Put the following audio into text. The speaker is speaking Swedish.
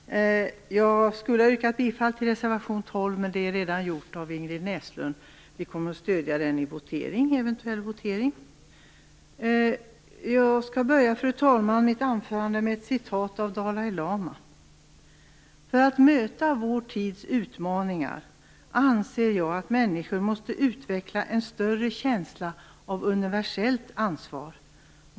Fru talman! Jag skulle ha yrkat bifall till reservation 12, men det är redan gjort av Ingrid Näslund. Vi kommer att stödja den vid en eventuell votering. Fru talman! Jag skall börja mitt anförande med ett citat av Dalai lama: "För att möta vår tids utmaningar anser jag att människor måste utveckla en större känsla av universellt ansvar.